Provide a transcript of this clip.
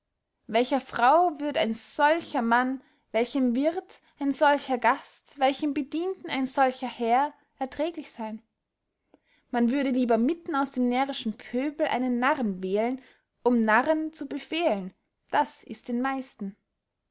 welcher frau würd ein solcher mann welchem wirth ein solcher gast welchem bedienten ein solcher herr erträglich seyn man würde lieber mitten aus dem närrischsten pöbel einen narren wählen um narren zu befehlen das ist den meisten